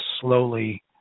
slowly